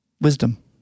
wisdom